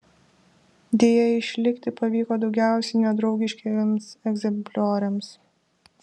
deja išlikti pavyko daugiausiai nedraugiškiems egzemplioriams